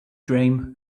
dream